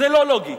זה לא לוגי,